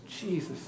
Jesus